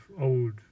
old